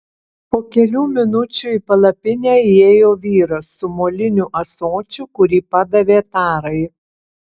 po kelių minučių į palapinę įėjo vyras su moliniu ąsočiu kurį padavė tarai